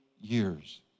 years